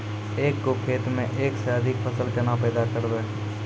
एक गो खेतो मे एक से अधिक फसल केना पैदा करबै?